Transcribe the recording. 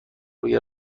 روی